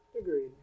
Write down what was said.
Agreed